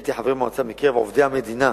מיניתי חברי מועצה מקרב עובדי המדינה